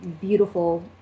beautiful